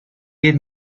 give